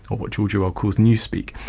or what george orwell calls newspeak.